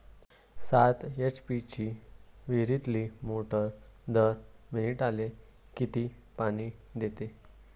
सात एच.पी ची विहिरीतली मोटार दर मिनटाले किती पानी देते?